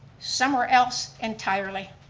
somewhere else entirely.